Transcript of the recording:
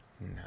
no